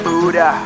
Buddha